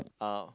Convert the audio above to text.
uh